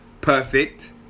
perfect